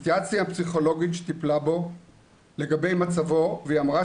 התייעצתי עם הפסיכולוגית שטיפלה בו לגבי מצבו והיא אמרה